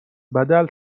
بدل